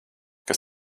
kas